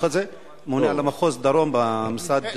הזה מהממונה על מחוז דרום במשרדך.